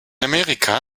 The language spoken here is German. amerika